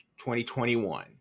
2021